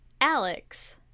Alex